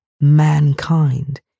mankind